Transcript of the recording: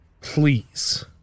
Please